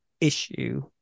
issue